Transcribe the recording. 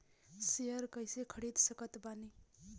Share कइसे खरीद सकत बानी?